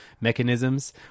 mechanisms